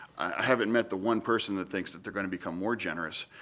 i haven't met the one person that thinks that they're going to become more generous.